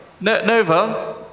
Nova